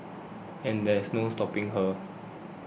and there is no stopping her